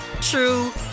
true